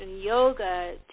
yoga